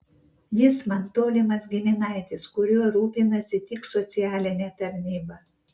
jis man tolimas giminaitis kuriuo rūpinasi tik socialinė tarnyba